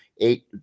eight